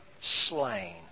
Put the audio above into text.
slain